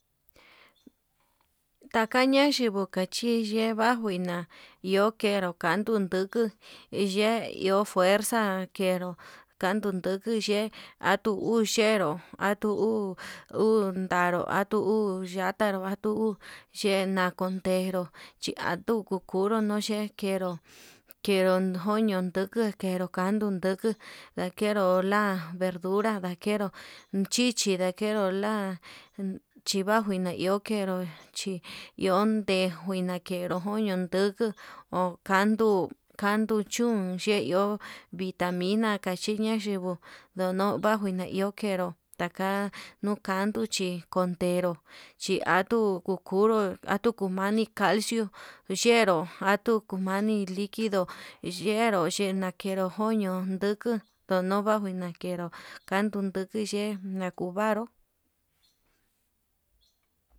Takaxhi nakuu yei vanjui juina iho tero kan, tunduku iye iho fuerza dakenru tantu nduku ye'e atuu uu xhenru atuu uu ndaru atuu uu yanderu atuu uu xhena konderó, xhi atuu kukuru noxte kenró kenro joño nduku njeró kanduu ndukuu ndakeru nda'a verdura ndakero chichi ndakero, la china njuina iho kenró chi iho njuina jenró ndojuño nduku ho kanduu kanduu chún xhe iho vitamina kaxhia yinguu, ndono huajina iho kenró taka nunkandu chi kotenru chi anduu kukunru atuu mani calcio, uxheru atuu kumani liquido xheró kinakero koño nduku kunu njuai nakenró kanduu yuku ye'e nakenró kuvaru.